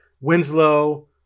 Winslow